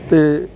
ਅਤੇ